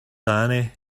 annie